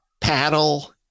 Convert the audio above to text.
paddle